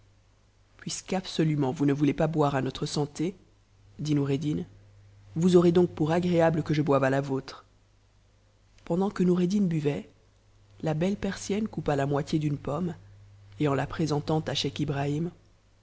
puisque absolument vous ne pas boire à notre hanté dit noureddin vous aurez donc pour que jn boive à la vôtre pendant que noureddin buvait la belle persienne coupa la moitié d'uuc pomme et en la présentant à scheich ibrahim